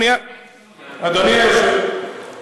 אני, אדוני, מכיר אותה מ-1948.